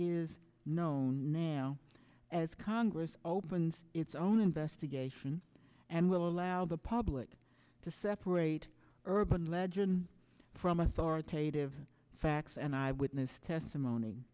is known now as congress opens its own investigation and will allow the public to separate urban legend from authoritative facts and eyewitness testimony